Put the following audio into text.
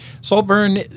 Saltburn